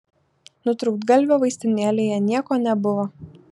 nutrūktgalvio vaistinėlėje nieko nebuvo